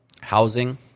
housing